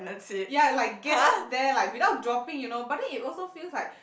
ya like get it there like without dropping you know but then it also feels like